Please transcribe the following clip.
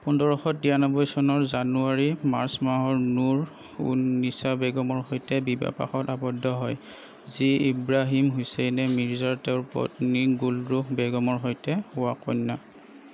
পোন্ধৰশ তিৰানব্বৈ চনৰ জানুৱাৰী মাৰ্চ মাহত নুৰ উন নিছা বেগমৰ সৈতে বিবাহপাশত আবদ্ধ হয় যি ইব্ৰাহিম হুছেইনে মিৰ্জাৰ তেওঁৰ পত্নী গুলৰুখ বেগমৰ সৈতে হোৱা কন্যা